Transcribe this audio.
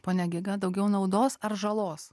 pone giga daugiau naudos ar žalos